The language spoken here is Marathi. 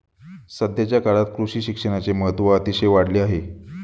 सध्याच्या काळात कृषी शिक्षणाचे महत्त्व अतिशय वाढले आहे